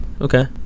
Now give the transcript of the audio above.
Okay